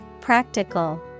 Practical